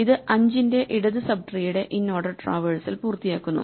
ഇത് 5 ന്റെ ഇടത് സബ്ട്രീയുടെ ഇൻഓർഡർ ട്രാവേഴ്സൽ പൂർത്തിയാക്കുന്നു